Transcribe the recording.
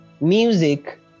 music